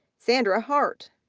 sandra hart,